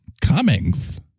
Cummings